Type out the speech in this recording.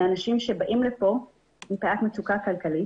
ולאנשים שבאים לפה מפאת מצוקה כלכלית,